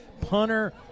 Punter